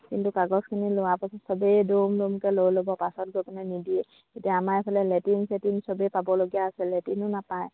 কিন্তু কাগজখিনি লোৱাৰ পছত চবেই দৌম দৌমকৈ লৈ ল'ব পাছত গৈ পেনে নিদিয়ে এতিয়া আমাৰ ফালে লেট্ৰিন চেট্ৰিন চবেই পাবলগীয়া আছে লেট্ৰনো নাপায়